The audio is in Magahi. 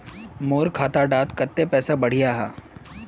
मोर खाता डात कत्ते पैसा बढ़ियाहा?